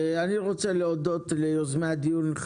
אני רוצה להודות ליוזמי הדיון,